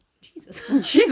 jesus